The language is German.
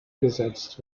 gesetzt